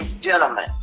gentlemen